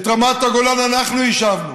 את רמת הגולן אנחנו יישבנו,